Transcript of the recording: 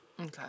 Okay